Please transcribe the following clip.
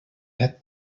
had